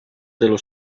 dello